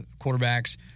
quarterbacks